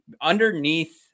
underneath